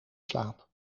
slaap